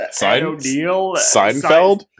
Seinfeld